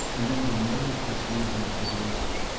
and then the noiseless movement of the horses,